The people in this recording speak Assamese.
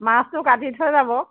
মাছটো কাটি থৈ যাব